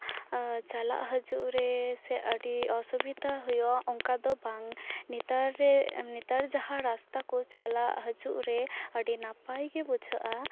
ᱪᱟᱞᱟᱜ ᱦᱟᱹᱡᱩᱜ ᱨᱮ ᱟᱹᱰᱤ ᱚᱥᱩᱵᱤᱫᱟ ᱦᱩᱭᱩᱜᱼᱟ ᱚᱝᱠᱟ ᱫᱚ ᱵᱟᱝ ᱱᱮᱛᱟᱨ ᱱᱮᱛᱟᱨ ᱡᱟᱦᱟᱸ ᱨᱟᱥᱛᱟ ᱠᱚ ᱪᱟᱞᱟᱜ ᱦᱟᱹᱡᱩᱜ ᱨᱮ ᱟᱹᱰᱤ ᱱᱟᱯᱟᱭ ᱜᱮ ᱵᱩᱡᱷᱟᱹᱜᱼᱟ